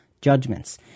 Judgments